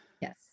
Yes